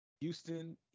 Houston